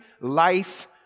life